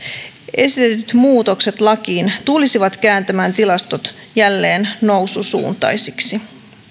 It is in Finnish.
esitetyt muutokset lakiin tulisivat kääntämään tilastot jälleen noususuuntaisiksi